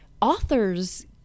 authors